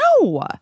No